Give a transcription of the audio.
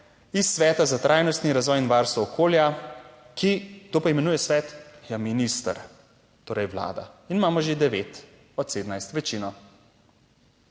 iz Sveta za trajnostni razvoj in varstvo okolja, to pa imenuje svet, je minister, torej vlada in imamo že 9 od 17, večino.